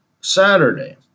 Saturday